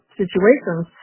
situations